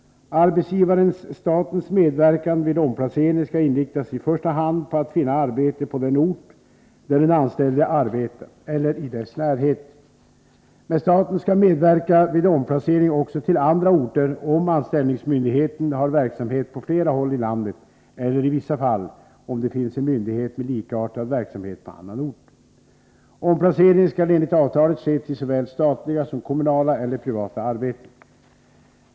Arbetsgivarens-statens medverkan vid omplacering skall inriktas i första hand på att finna arbete på den ort där den anställde arbetar eller i dess närhet. Men staten skall medverka vid omplacering också till andra orter, om anställningsmyndigheten har verksamhet på flera håll i landet eller i vissa fall — om det finns en myndighet med likartad verksamhet på annan ort. Omplaceringen skall enligt avtalet ske till såväl statliga som kommunala eller privata arbeten.